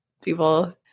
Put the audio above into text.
people